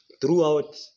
throughout